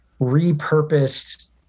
repurposed